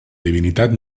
divinitat